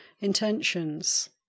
intentions